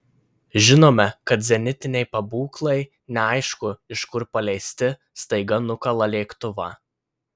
žinome kad zenitiniai pabūklai neaišku iš kur paleisti staiga nukala lėktuvą